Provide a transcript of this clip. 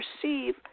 perceive